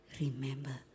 remember